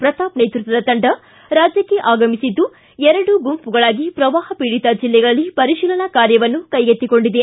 ಪ್ರತಾಪ್ ನೇತೃತ್ವದ ತಂಡ ರಾಜ್ಜಕ್ಕೆ ಆಗಮಿಸಿದ್ದು ಎರಡು ಗುಂಪುಗಳಾಗಿ ಪ್ರವಾಹಪೀಡಿತ ಜಿಲ್ಲೆಗಳಲ್ಲಿ ಪರಿಶೀಲನಾ ಕಾರ್ಯವನ್ನು ಕೈಗೆತ್ತಿಕೊಂಡಿದೆ